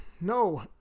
no